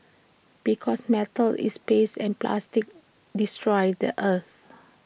because metal is passe and plastic destroys the earth